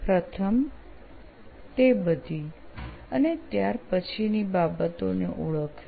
પ્રથમ તે બધી અને ત્યાર પછીની બાબતોને ઓળખવી